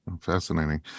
Fascinating